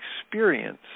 experience